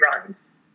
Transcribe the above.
runs